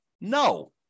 No